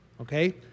Okay